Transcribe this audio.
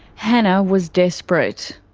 hannah was desperate.